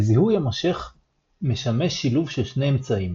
לזיהוי המושך משמש שילוב של שני אמצעים